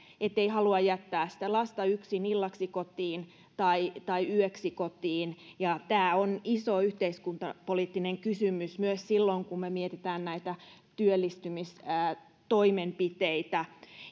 ei halua jättää sitä lasta yksin illaksi kotiin tai tai yöksi kotiin tämä on iso yhteiskuntapoliittinen kysymys myös silloin kun me mietimme näitä työllistymistoimenpiteitä